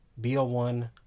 BO1